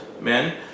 men